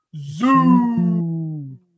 zoom